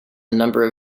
number